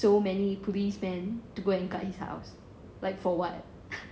so many policeman to go and guard his house like for what